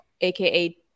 AKA